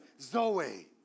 Zoe